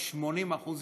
80%,